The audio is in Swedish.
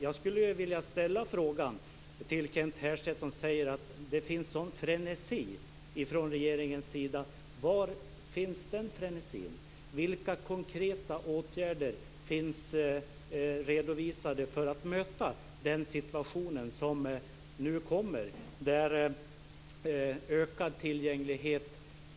Jag skulle vilja ställa en fråga till Kent Härstedt som säger att det finns en sådan frenesi från regeringens sida. Var finns den frenesin? Vilka konkreta åtgärder finns redovisade för att man ska kunna möta den situation som nu kommer att uppstå med en ökad tillgänglighet?